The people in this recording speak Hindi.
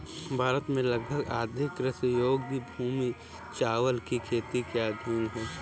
भारत में लगभग आधी कृषि योग्य भूमि चावल की खेती के अधीन है